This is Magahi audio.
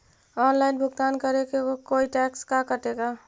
ऑनलाइन भुगतान करे को कोई टैक्स का कटेगा?